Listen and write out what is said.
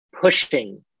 pushing